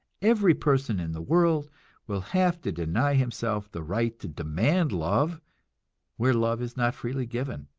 every person in the world will have to deny himself the right to demand love where love is not freely given,